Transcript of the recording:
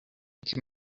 can